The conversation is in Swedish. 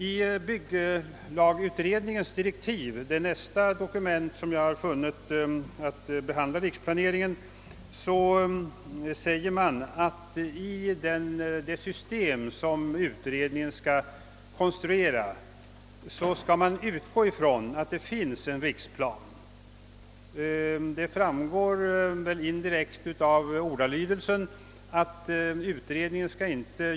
I bygglagutredningens direktiv — det nästa dokument som jag har funnit behandla riksplaneringen — framgår det indirekt av ordalydelsen att utredningen inte skall ta upp frågan om en lagstiftning angående riksplanen utan utgå från att en sådan finns.